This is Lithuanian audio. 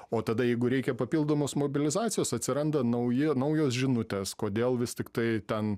o tada jeigu reikia papildomos mobilizacijos atsiranda nauji naujos žinutės kodėl vis tiktai ten